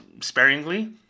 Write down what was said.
sparingly